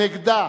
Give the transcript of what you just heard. נגדה,